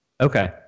Okay